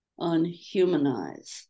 Unhumanize